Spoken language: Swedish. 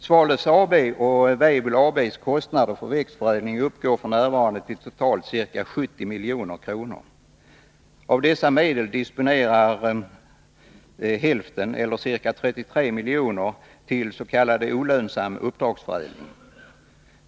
Svalöf AB:s och Weibull AB:s kostnader för växtförädling uppgår f. n. till totalt ca 70 milj.kr. Av dessa medel disponeras hälften, eller ca 33 milj.kr., tills.k. olönsam uppdragsförädling.